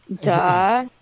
Duh